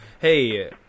hey